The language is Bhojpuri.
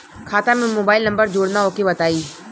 खाता में मोबाइल नंबर जोड़ना ओके बताई?